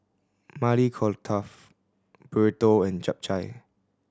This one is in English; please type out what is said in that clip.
Maili Kofta Burrito and Japchae